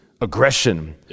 aggression